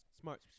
Smart